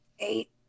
Eight